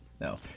No